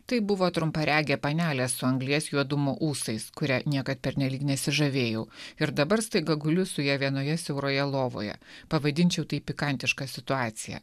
tai buvo trumparegė panelė su anglies juodumo ūsais kuria niekad pernelyg nesižavėjau ir dabar staiga guliu su ja vienoje siauroje lovoje pavadinčiau tai pikantiška situacija